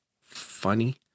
funny